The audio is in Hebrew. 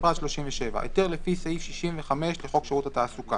(37)היתר לפי סעיף 65 לחוק שירות התעסוקה,